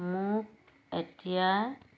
মোক এতিয়া